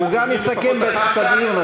הוא גם יסכם אחר כך את הדיון,